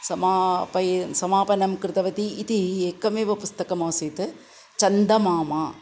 समाप्य समापनं कृतवती इति एकमेव पुस्तकम् आसीत् चन्दमामा